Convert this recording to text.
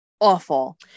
awful